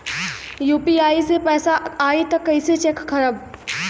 UPI से पैसा आई त कइसे चेक खरब?